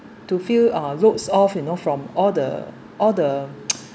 to feel uh loads off you know from all the all the